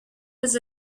was